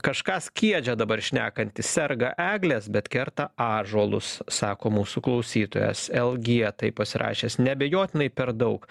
kažką skiedžia dabar šnekantys serga eglės bet kerta ąžuolus sako mūsų klausytojas lg taip pasirašęs neabejotinai per daug